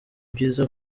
byiza